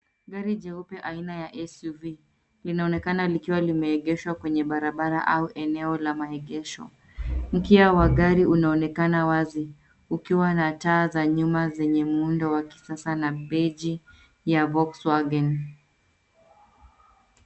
Gari jeupe aina ya SUV inaonekana likiwa limeegeshwa kwenye barabara au eneo la maegesho. Mkia wa gari unaonekana wazi ukiwa na taa za nyuma zenye muundo wa kisasa na beige ya volkswagen.